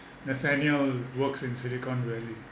nathaniel works in silicon valley